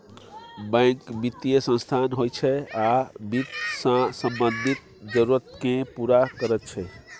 bank बित्तीय संस्थान होइ छै आ बित्त सँ संबंधित जरुरत केँ पुरा करैत छै